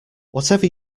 whatever